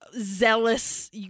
Zealous